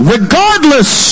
Regardless